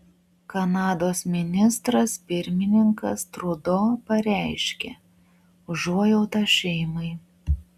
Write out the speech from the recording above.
kanados ministras pirmininkas trudo pareiškė užuojautą šeimai